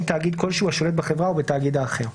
תאגיד כלשהו השולט בחברה ובתאגיד האחר,